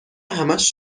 همش